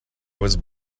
was